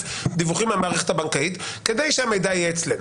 דיווחים מהמערכת הבנקאית כדי שהמידע יהיה אצלנו.